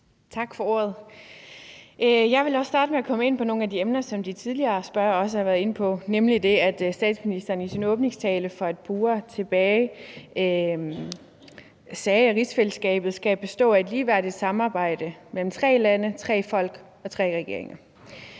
Tak for ordet. Jeg vil starte med at komme ind på nogle af de emner, som de tidligere spørgere også har været inde på, nemlig det, at statsministeren i sin åbningstale for et par uger tilbage sagde, at rigsfællesskabet skal bestå af et ligeværdigt samarbejde mellem tre lande, tre folk og tre regeringer.